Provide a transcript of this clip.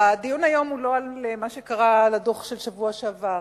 הדיון היום הוא לא על הדוח של השבוע שעבר.